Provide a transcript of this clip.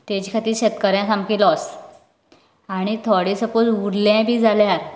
ताचे खातीर शेतराक सामकें लॉस आनी थोडे सपोज उरले बी जाल्यार